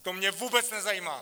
To mě vůbec nezajímá.